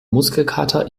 muskelkater